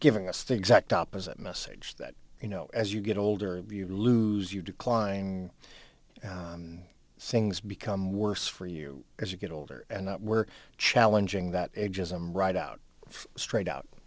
giving us the exact opposite message that you know as you get older you lose your declining singhs become worse for you as you get older and we're challenging that edges them right out straight out